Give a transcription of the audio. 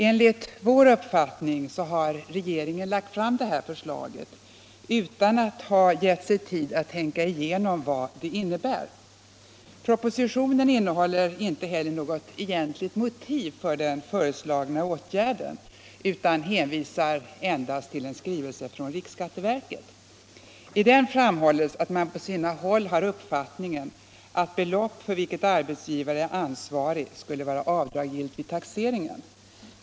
Enligt vår uppfattning har regeringen lagt fram det här förslaget utan att ha givit sig tid att tänka igenom vad det innebär. Propositionen innehåller inte heller något enhetligt motiv för den föreslagna åtgärden utan hänvisar endast till en skrivelse från riksskatteverket. I den framhålles att man på sina håll har uppfattningen att belopp för vilket arbetsgivare är ansvarig skulle vara avdragsgillt vid taxeringen.